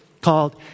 called